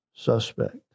suspect